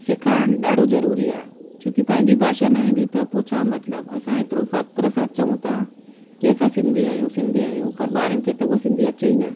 सेखारणु ॾाढो ज़रूरी आहे छोकी पंहिंजी भाषा न ईंदी त पोइ छा मतिलबु असां एतिरो फ़ख़्र सां चऊं था की असां सिंधी आहियूं सिंधी आहियूं पर ॿारनि खे त उहा सिंधी अचे ई न